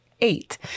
eight